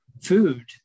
Food